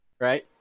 right